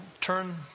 turn